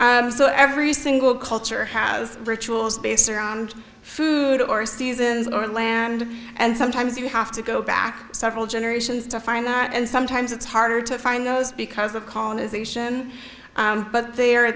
ritual so every single culture has rituals based around food or seasons or land and sometimes you have to go back several generations to find that and sometimes it's harder to find those because of colonization but the